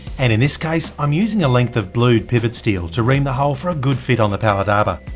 and in this case, i'm using a length of blued pivot steel to ream the hole for a good fit on the pallet arbor.